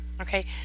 okay